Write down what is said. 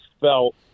felt